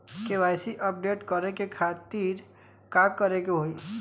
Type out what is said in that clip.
KYC update करे के खातिर का करे के होई?